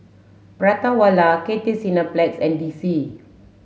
Prata Wala Cathay Cineplex and D C